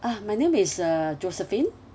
ah my name is uh josephine